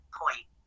point